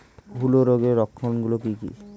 হূলো রোগের লক্ষণ গুলো কি কি?